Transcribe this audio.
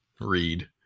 read